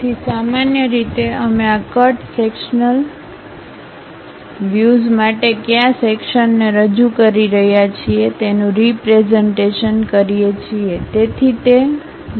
તેથી સામાન્ય રીતે અમે આ કટ સેક્શન્લ વ્યુઝ માટે કયા સેક્શન્ને રજૂ કરી રહ્યા છીએ તેનું રીપ્રેઝન્ટેશન કરીએ છીએ